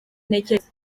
ntekereza